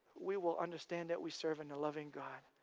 we will understand that we serve and a loving god.